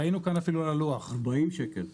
ראינו כאן אפילו על הלוח 400 שקל,